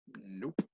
nope